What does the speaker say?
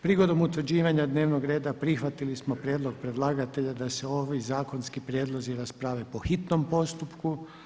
Prigodom utvrđivanja dnevnog reda prihvatili smo prijedlog predlagatelja da se ovi zakonski prijedlozi rasprave po hitnom postupku.